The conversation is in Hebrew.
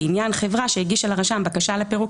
לעניין חברה שהגישה לרשם בקשה לפירוק